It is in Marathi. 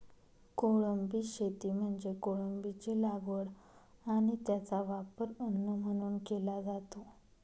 कोळंबी शेती म्हणजे कोळंबीची लागवड आणि त्याचा वापर अन्न म्हणून केला जातो